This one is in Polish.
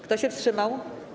Kto się wstrzymał?